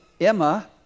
Emma